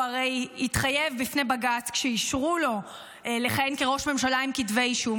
הוא הרי התחייב בפני בג"ץ כשאישרו לו לכהן כראש ממשלה עם כתבי אישום,